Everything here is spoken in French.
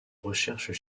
recherches